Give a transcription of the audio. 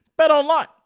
BetOnline